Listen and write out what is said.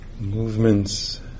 Movements